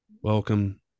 welcome